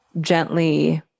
gently